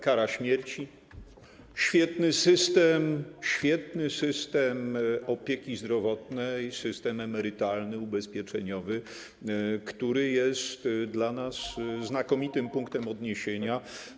Kara śmierci, świetny system opieki zdrowotnej, system emerytalny, ubezpieczeniowy, który jest dla nas znakomitym punktem odniesienia.